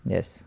Yes